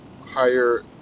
higher